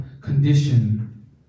condition